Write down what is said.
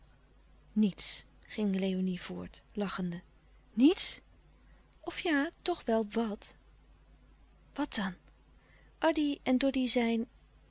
niets ging léonie voort lachende niets of ja toch wel wat louis couperus de stille kracht wat dan addy en doddy zijn